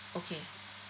okay